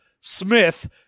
Smith